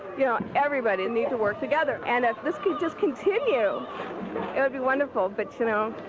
you know, everybody needs to work together and if this can just continue it'd be wonderful. but, you know,